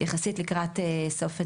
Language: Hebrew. יחסית לקראת סוף הדיונים.